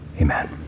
Amen